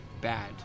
bad